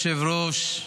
אדוני היושב-ראש,